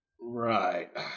Right